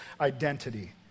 identity